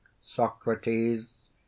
socrates